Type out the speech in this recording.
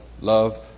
Love